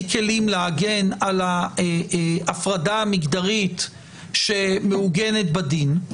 כלים להגן על הפרדה המגדרית שמעוגנת בדין.